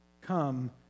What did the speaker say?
come